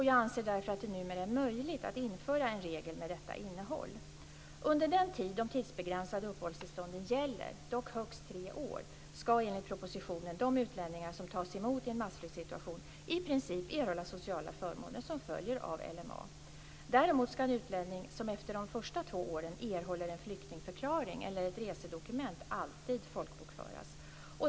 Jag anser därför att det numera är möjligt att införa en regel med detta innehåll. Under den tid de tidsbegränsade uppehållstillstånden gäller, dock högst tre år ska, enligt propositionen, de utlänningar som tas emot i en massflyktsituation i princip erhålla sociala förmåner som följer av LMA. Däremot ska en utlänning som efter de första två åren erhåller en flyktingförklaring eller ett resedokument alltid folkbokföras.